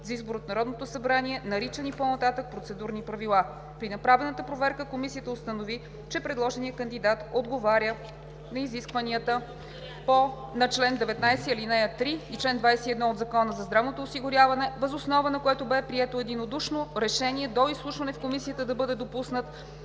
за избор от Народното събрание, наричани по-нататък „Процедурни правила“. При направената проверка Комисията установи, че предложеният кандидат отговаря на изискванията на чл. 19, ал. 3 и чл. 21 от Закона за здравното осигуряване, въз основа на което бе прието единодушно решение до изслушване в Комисията да бъде допуснат